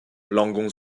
langon